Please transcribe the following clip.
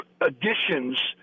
additions